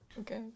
Okay